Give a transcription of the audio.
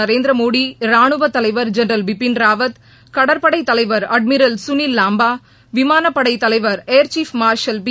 நரேந்திரமோடி ராணுவத் தலைவர் ஜெனரல் பிபின் ராவத் கடற்படைத் தலைவர் அட்மிரல் சுனில்லாம்பா விமானப்படைத் தலைவர் ஏர்சீப் மார்ஷல் பி